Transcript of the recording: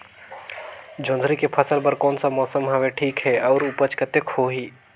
जोंदरी के फसल बर कोन सा मौसम हवे ठीक हे अउर ऊपज कतेक होही?